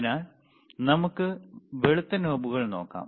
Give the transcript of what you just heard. അതിനാൽ നമുക്ക് വെളുത്ത നോബുകൾ നോക്കാം